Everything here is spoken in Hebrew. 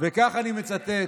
כך אני מצטט,